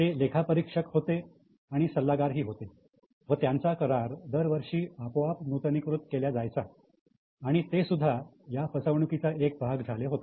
ते लेखापरिक्षक होते आणि सल्लागारही होते व त्यांचा करार दरवर्षी आपोआप नूतनीकृत केल्या जायचा आणि ते सुद्धा या फसवणुकीचा एक भाग झाले होते